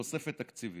תוספת תקציבים.